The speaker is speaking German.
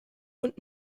und